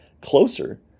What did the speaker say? closer